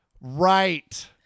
right